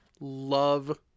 love